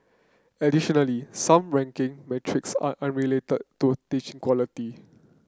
additionally some ranking metrics are unrelated to teaching quality